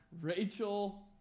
Rachel